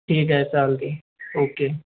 ठीक आहे चालते ओके